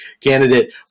candidate